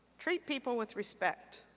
treat people with respect.